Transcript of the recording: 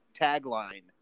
tagline